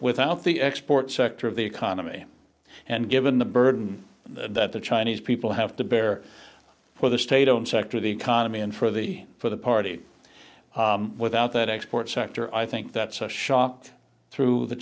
without the export sector of the economy and given the burden that the chinese people have to bear for the state and sector of the economy and for the for the party without that export sector i think that's a shot through the